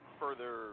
further